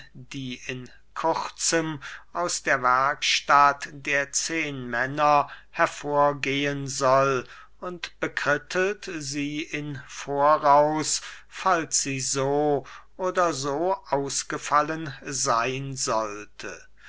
die in kurzem aus der werkstatt der zehnmänner hervorgehen soll und bekrittelt sie in voraus falls sie so oder so ausgefallen seyn sollte